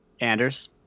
Anders